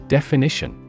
Definition